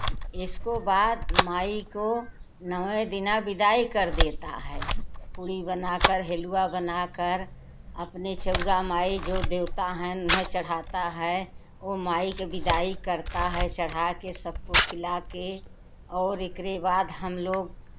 इसके बाद माई को नौवें दिना विदाई कर देते हैं पूड़ी बनाकर हिलवा बनाकर अपने चावरा माई जो देवता है उन्हें चढ़ाते हैं वह माई के विदाई करता है चढ़ा कर सबको खिला के और एकरे बाद हम लोग